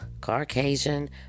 Caucasian